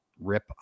rip